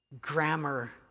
grammar